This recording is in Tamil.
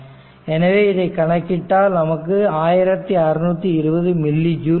எனவே இதை கணக்கிட்டால் நமக்கு 1620 மில்லி ஜுல் ஆகும்